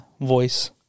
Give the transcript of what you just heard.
voice